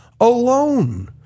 alone